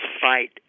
fight